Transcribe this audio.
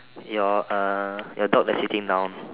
your uh your dog is sitting down